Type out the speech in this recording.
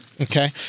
Okay